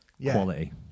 quality